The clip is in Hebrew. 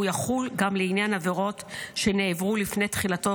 והוא יחול גם לעניין עבירות שנעברו לפני תחילתו,